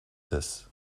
this